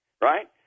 Right